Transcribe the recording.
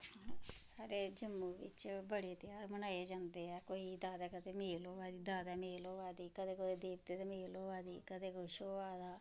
साढ़े जम्मू बिच्च बड़े त्याहर बनाए जंदे ऐ कोई दातै कदें मेल होआ दी दातै मेल होआ दी कदें कुदै देवतै दे मेल होआ दी कदें कुछ होआ दा